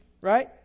right